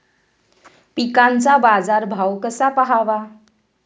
पिकांचा बाजार भाव कसा पहावा?